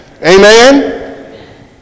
Amen